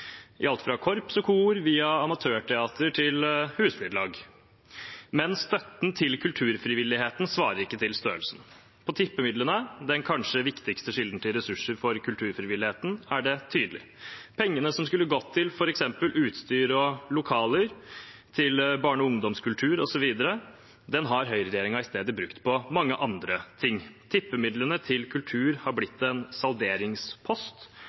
i alt fra korps og kor og amatørteater til husflidslag, men støtten til kulturfrivilligheten svarer ikke til størrelsen. For tippemidlene, den kanskje viktigste kilden til ressurser for kulturfrivilligheten, er det tydelig. Pengene som skulle gått til f.eks. utstyr og lokaler, til barne- og ungdomskultur osv., har høyreregjeringen i stedet brukt på mange andre ting. Tippemidlene til kultur har blitt en salderingspost.